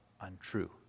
untrue